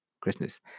Christmas